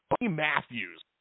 Matthews